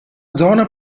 zona